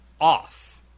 off